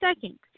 second